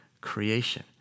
creation